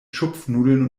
schupfnudeln